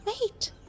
wait